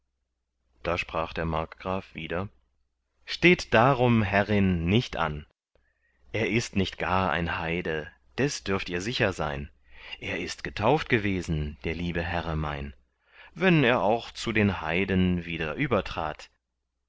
da sprach der markgraf wieder steht darum herrin nicht an er ist nicht gar ein heide des dürft ihr sicher sein er ist getauft gewesen der liebe herre mein wenn er auch zu den heiden wieder übertrat